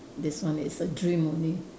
this one is a dream only